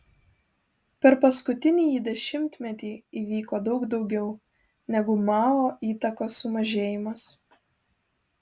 per paskutinįjį dešimtmetį įvyko daug daugiau negu mao įtakos sumažėjimas